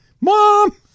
Mom